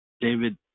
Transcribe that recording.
david